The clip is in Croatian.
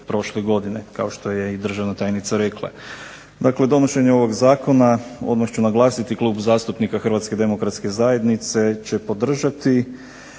prošle godine kao što je i državna tajnica rekla. Dakle, donošenje ovog Zakona odmah ću naglasiti Klub zastupnika Hrvatske demokratske zajednice će podržati,